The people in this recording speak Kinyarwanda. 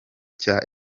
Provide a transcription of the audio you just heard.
cya